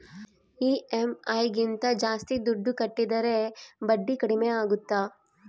EMI ಗಿಂತ ಜಾಸ್ತಿ ದುಡ್ಡು ಕಟ್ಟಿದರೆ ಬಡ್ಡಿ ಕಡಿಮೆ ಆಗುತ್ತಾ?